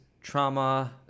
trauma